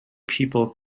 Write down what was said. people